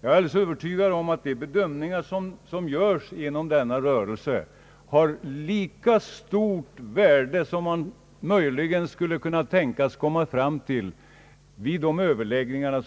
Jag är öÖvertygad om att de bedömningar som görs inom rörelsen har lika stort värde som de man möjligen skulle kunna tänkas komma fram till vid överläggningar